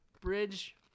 bridge